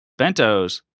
Bentos